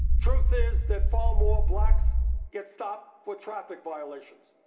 truth is that far more blacks get stopped for traffic violations.